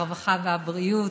הרווחה והבריאות,